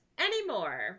anymore